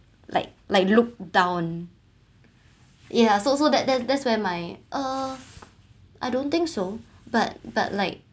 like like looked down ya so so that that that's where my uh I don't think so but but like